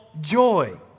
joy